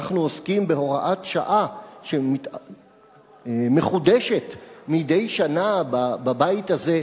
הרי אנחנו עוסקים בהוראת שעה שמחודשת מדי שנה בבית הזה,